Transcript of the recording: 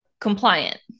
compliant